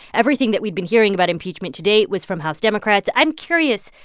everything that we'd been hearing about impeachment today was from house democrats. i'm curious.